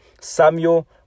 Samuel